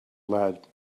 lead